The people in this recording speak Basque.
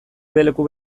leku